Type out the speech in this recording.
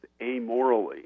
amorally